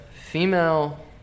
female